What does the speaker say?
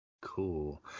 Cool